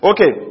Okay